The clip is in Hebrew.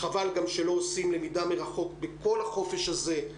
חבל גם שלא עושים למידה מרחוק בכל החופש הזה,